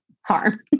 harm